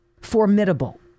formidable